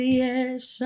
yes